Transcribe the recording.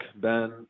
Ben